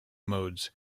modes